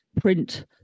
print